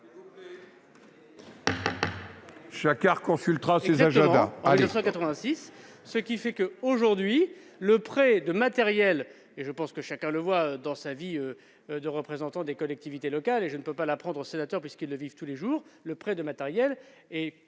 Chacun consultera ses agendas